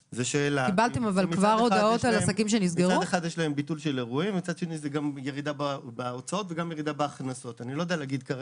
ביטול של אירוע משפיע הן על הוצאות העסק והן על הכנסותיו.